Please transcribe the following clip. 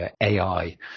ai